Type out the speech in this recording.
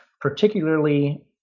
particularly